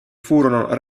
furono